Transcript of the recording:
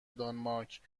دانمارک